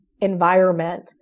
environment